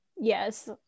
Yes